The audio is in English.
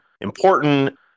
important